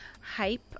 hype